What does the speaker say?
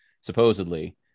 supposedly